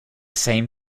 same